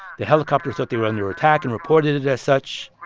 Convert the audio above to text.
the helicopter thought they were under attack and reported it as such.